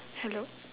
hello